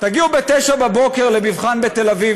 תגיעו ב-09:00 בבוקר למבחן בתל אביב,